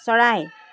চৰাই